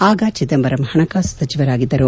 ಆಗ ಚಿದಂಬರಂ ಹಣಕಾಸು ಸಚಿವರಾಗಿದ್ದರು